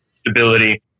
stability